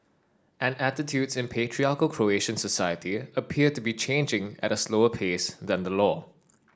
and attitudes in patriarchal Croatian society appear to be changing at a slower pace than the law